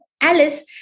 Alice